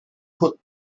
put